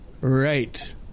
Right